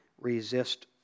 resist